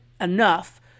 enough